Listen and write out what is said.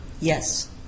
Yes